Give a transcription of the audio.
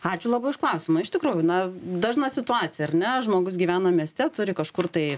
ačiū labai už klausimą iš tikro na dažna situacija ar ne žmogus gyvena mieste turi kažkur tai